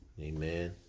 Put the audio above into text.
Amen